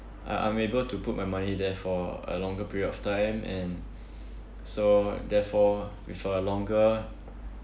I I'm able to put my money there for a longer period of time and so therefore with a longer